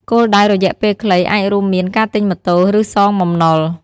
គោលដៅរយៈពេលខ្លីអាចរួមមានការទិញម៉ូតូ ឬសងបំណុល។